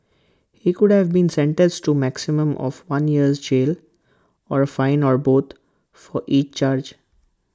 he could have been sentenced to A maximum of one year's jail or A fine or both for each charge